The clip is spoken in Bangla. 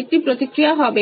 একটি প্রতিক্রিয়া হবে